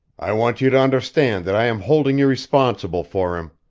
i want you to understand that i am holding you responsible for him.